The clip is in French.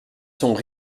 sont